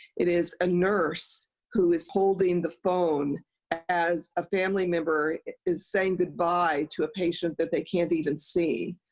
it is a nurse who is holding the phone as a family member is saying goodbye to a patient that they can't even see.